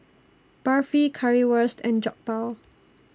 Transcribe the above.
Barfi Currywurst and Jokbal